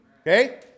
Okay